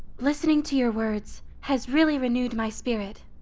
listening to your words has really renewed my spirit!